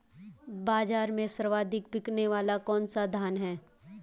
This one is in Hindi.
बाज़ार में सर्वाधिक बिकने वाला कौनसा धान है?